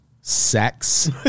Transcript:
sex